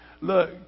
look